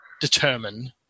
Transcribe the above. determine